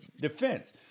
defense